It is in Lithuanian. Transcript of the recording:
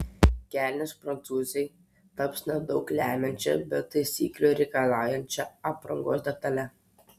kelnės prancūzei taps nedaug lemiančia bet taisyklių reikalaujančia aprangos detale